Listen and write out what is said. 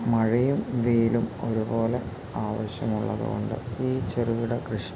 മഴയും വെയിലും ഒരുപോലെ ആവശ്യമുള്ളതുകൊണ്ട് ഈ ചെറുകിട കൃഷിക്ക്